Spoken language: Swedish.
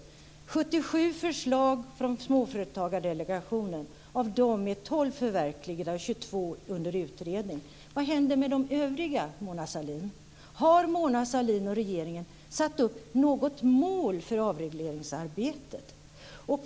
Det kom 77 förslag från Småföretagsdelegationen. Av dem är 12 förverkligade och 22 under utredning. Vad händer med de övriga, Mona Sahlin? Har Mona Sahlin och regeringen satt upp något mål för avregleringsarbetet?